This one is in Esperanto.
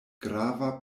grava